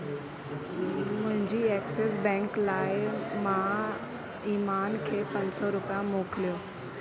मुंहिंजी Axis bank लाइ मां ईमान खे पंज सौ रुपिया मोकिलियो